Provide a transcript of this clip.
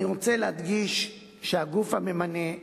אני רוצה להדגיש שהגוף הממנה,